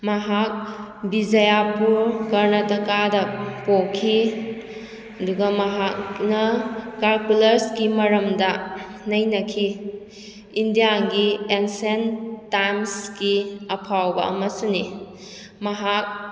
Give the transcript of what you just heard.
ꯃꯍꯥꯛ ꯕꯤꯖꯥꯌꯥꯄꯨꯔ ꯀꯔꯅꯥꯇꯥꯀꯥꯗ ꯄꯣꯛꯈꯤ ꯑꯗꯨꯒ ꯃꯍꯥꯛꯅ ꯀꯥꯜꯀꯨꯂꯁꯀꯤ ꯃꯔꯝꯗ ꯅꯩꯅꯈꯤ ꯏꯟꯗꯤꯌꯥꯒꯤ ꯑꯦꯟꯁꯦꯟ ꯇꯥꯏꯝꯁꯀꯤ ꯑꯐꯥꯎꯕ ꯑꯃꯁꯨꯅꯤ ꯃꯍꯥꯛ